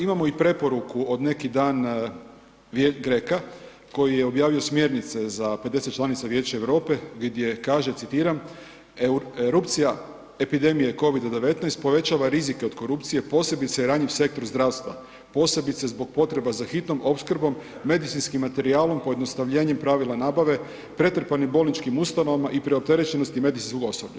Imamo i preporuku od neki dan GRECO-a koji je objavio smjernice za 50 članica Vijeća Europe gdje kaže citiram „erupcija epidemije Covida-19 povećava rizike od korupcije posebice je ranjiv sektor zdravstva, posebice zbog potreba za hitnom opskrbom medicinskim materijalom pojednostavljenjem pravila nabave, pretrpanim bolničkim ustanovama i preopterećenosti medicinskog osoblja“